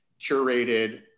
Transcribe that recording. curated